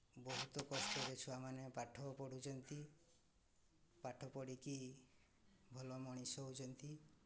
ବହୁତ କଷ୍ଟରେ ଛୁଆମାନେ ପାଠ ପଢ଼ୁଛନ୍ତି ପାଠ ପଢ଼ିକି ଭଲ ମଣିଷ ହେଉଛନ୍ତି